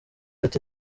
ati